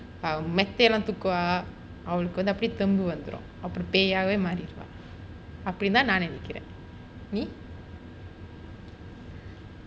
அவ மெத்தையெல்லாம் தூக்குவா அவளுக்கு வந்து தெம்பு அப்படியே வந்திடும் அப்பறோம் அவ வந்து பேய்யாகவே மாறிடுவாள் அப்படி தான் நான் நினைக்கிறன் நீ:ava metthaiyellam thookuvaa avalukku vanthu thembu appadiyae vanthidum apporam ava vanthu peiyyaaga maariduvaal appadithaan naan ninaikiraen